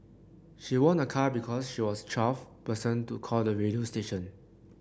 she won a car because she was twelfth person to call the radio station